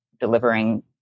delivering